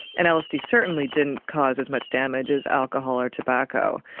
and lsd certainly didn't cause as much damage as alcohol or tobacco.